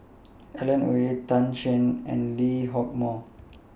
Alan Oei Tan Shen and Lee Hock Moh